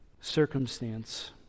circumstance